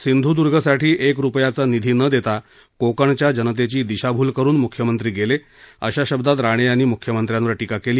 सिंधुदुर्गसाठी एक रुपयाचा निधी न देता कोकणच्या जनतेची दिशाभूल करून मुख्यमंत्री गेले अशा शब्दात राणे यांनी मुख्यमंत्र्यांवर टिका केली